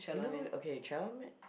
you know okay Chalamet